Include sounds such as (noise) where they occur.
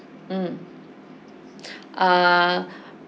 mm (breath) ah